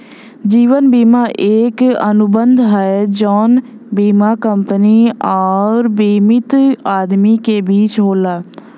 जीवन बीमा एक अनुबंध हौ जौन बीमा कंपनी आउर बीमित आदमी के बीच होला